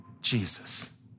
Jesus